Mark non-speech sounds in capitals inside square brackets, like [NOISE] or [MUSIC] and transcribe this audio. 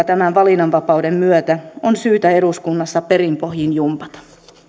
[UNINTELLIGIBLE] tämän valinnanvapauden myötä on syytä eduskunnassa perin pohjin jumpata